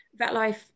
VetLife